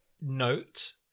note